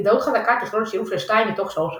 הזדהות חזקה תכלול שילוב של שתיים מתוך שלוש הקבוצות.